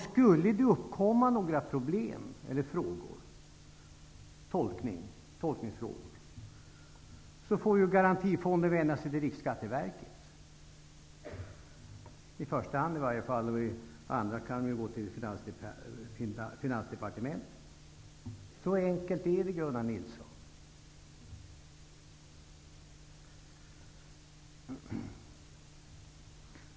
Skulle det uppkomma problem eller tolkningsfrågor, får Garantifonden vända sig till Riksskatteverket i första hand. I andra hand kan man vända sig till Finansdepartementet. Så enkelt är det, Gunnar Nilsson!